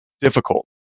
difficult